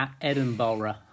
Edinburgh